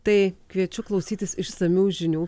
tai kviečiu klausytis išsamių žinių